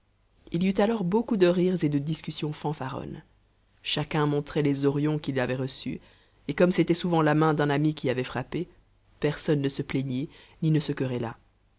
il y eut alors beaucoup de rires et de discussions fanfaronnes chacun montrait les horions qu'il avait reçus et comme c'était souvent la main d'un ami qui avait frappé personne ne se plaignit ni ne se querella